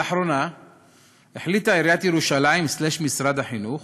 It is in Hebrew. לאחרונה החליטה עיריית ירושלים/משרד החינוך,